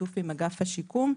בשיתוף עם אגף השיקום,